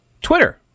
Twitter